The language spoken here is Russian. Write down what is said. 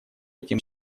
этим